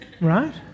right